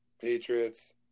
Patriots –